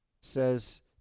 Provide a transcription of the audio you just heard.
says